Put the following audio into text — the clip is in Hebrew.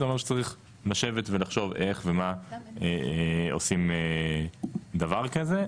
אני אומר שצריך לשבת ולחשוב איך ומה עושים דבר כזה.